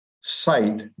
site